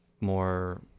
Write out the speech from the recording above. more